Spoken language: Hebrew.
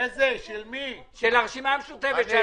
הרשימה המשותפת.